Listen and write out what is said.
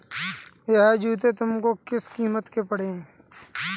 यह जूते तुमको किस कीमत के पड़े?